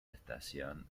estación